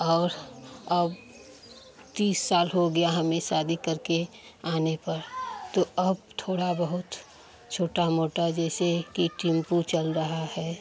और अब तीस साल हो गया हमें शादी करके आने पर तो अब थोड़ा बहुत छोटा मोटा जैसे कि टिम्पू चल रहा है